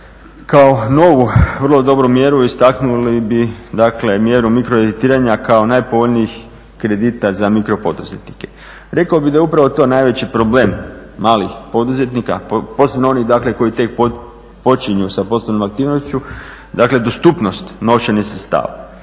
Kao novu vrlo dobru mjeru istaknuli bi, dakle mjeru mikro kreditiranja kao najpovoljnijih kredita za mikro poduzetnike. Rekao bih da je upravo to najveći problem malih poduzetnika posebno onih, dakle koji tek počinju sa poslovnom aktivnošću, dakle dostupnost novčanih sredstava.